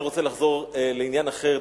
אני רוצה לחזור לעניין אחר,